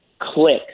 click